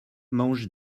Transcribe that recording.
mange